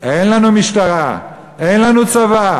אין לנו משטרה, אין לנו צבא.